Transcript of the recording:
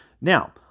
Now